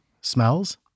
smells